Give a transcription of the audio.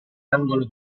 angolo